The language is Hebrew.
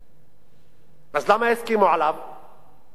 אז למה הסכימו עליו בוועדת-טרכטנברג?